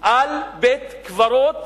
על בית-קברות